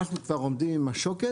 אנחנו כבר עומדים בשוקת